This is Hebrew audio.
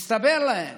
הסתבר להם